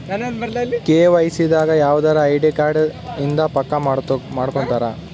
KYC ದಾಗ ಯವ್ದರ ID card ಇಂದ ಪಕ್ಕ ಮಾಡ್ಕೊತರ